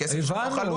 הכסף שלא חלוט,